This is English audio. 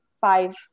five